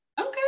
Okay